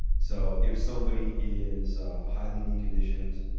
so if somebody is highly deconditioned,